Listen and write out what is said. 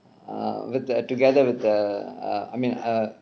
with err together with err I mean uh